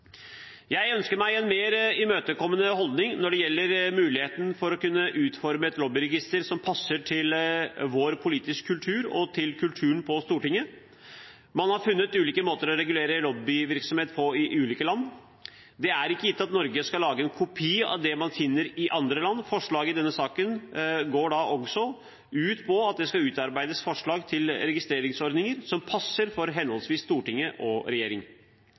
Jeg ønsker meg en mer imøtekommende holdning når det gjelder muligheten for å kunne utforme et lobbyregister som passer til vår politiske kultur og til kulturen på Stortinget. Man har funnet ulike måter å regulere lobbyvirksomhet på i ulike land. Det er ikke gitt at Norge skal lage en kopi av det man finner i andre land. Forslaget i denne saken går da også ut på at det skal utarbeides forslag til registreringsordninger som passer for henholdsvis Stortinget og